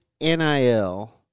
NIL